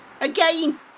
Again